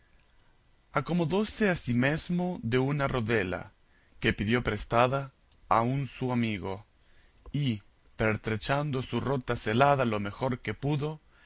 una razonable cantidad acomodóse asimesmo de una rodela que pidió prestada a un su amigo y pertrechando su rota celada lo mejor que pudo